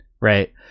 right